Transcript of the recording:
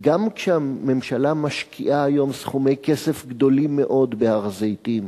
גם כשהממשלה משקיעה היום סכומי כסף גדולים מאוד בהר-הזיתים,